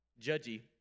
judgy